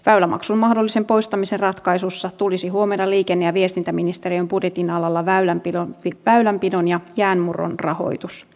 väylämaksun mahdollisen poistamisen ratkaisussa tulisi huomioida liikenne ja viestintäministeriön budjetin alalla väylänpidon ja jäänmurron rahoitus